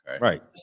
Right